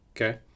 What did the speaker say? Okay